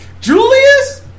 Julius